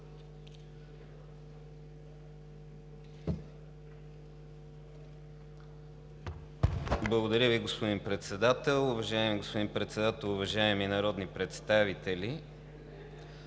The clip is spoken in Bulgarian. Уважаеми господин Председател, уважаеми народни представители!